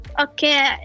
Okay